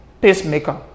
pacemaker